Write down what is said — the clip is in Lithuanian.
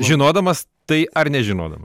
žinodamas tai ar nežinodama